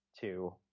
two